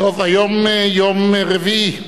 היום יום רביעי,